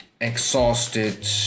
exhausted